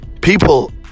people